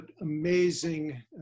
amazing